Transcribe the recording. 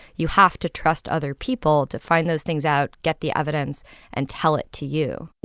you have to trust other people to find those things out, get the evidence and tell it to you